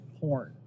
porn